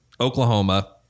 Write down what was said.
Oklahoma